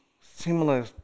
similar